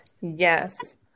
Yes